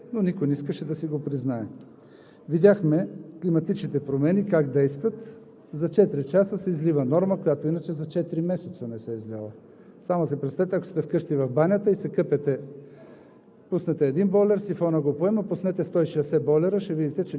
За този сезон са учудващо пълни. Те бяха пълни и преди дъждовете, но никой не искаше да си го признае. Видяхме климатичните промени как действат – за четири часа се излива норма, която иначе за четири месеца не се излива. Само си представете, ако сте вкъщи в банята и се къпете.